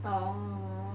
orh